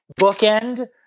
bookend